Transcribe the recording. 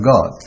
God